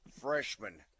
freshman